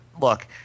Look